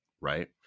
right